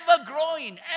ever-growing